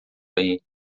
bem